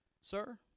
sir